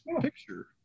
picture